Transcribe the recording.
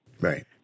Right